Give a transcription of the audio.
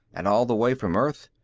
and all the way from earth.